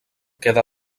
queda